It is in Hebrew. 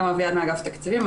גם אביעד מאגף התקציבים,